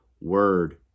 word